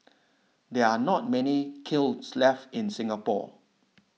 there are not many kilns left in Singapore